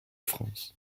france